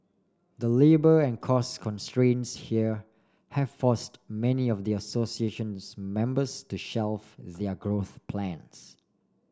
the labour and cost constraints here have forced many of the association's members to shelf their growth plans